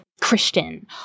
Christian